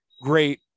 great